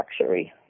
luxury